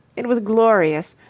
it was glorious.